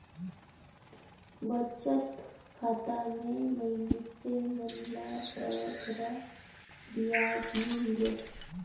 बचत खाता में मइनसे मन ल बगरा बियाज नी मिले